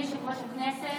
ואני אהיה שם, וחברים